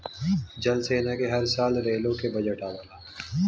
जल सेना क हर साल रेलो के बजट आवला